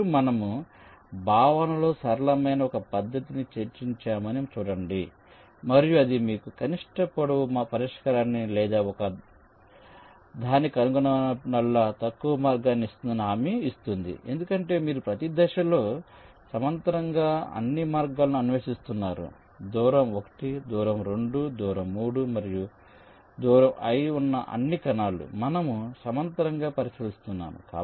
ఇప్పుడు మనము భావనలో సరళమైన ఒక పద్ధతిని చర్చించామని చూడండి మరియు అది మీకు కనిష్ట పొడవు పరిష్కారాన్ని లేదా ఒకదాన్ని కనుగొనగలిగినప్పుడల్లా తక్కువ మార్గాన్ని ఇస్తుందని హామీ ఇస్తుంది ఎందుకంటే మీరు ప్రతి దశలో సమాంతరంగా అన్ని మార్గాలను అన్వేషిస్తున్నారు దూరం 1 దూరం 2దూరం 3దూరం i ఉన్న అన్ని కణాలు మనము సమాంతరంగా పరిశీలిస్తున్నాము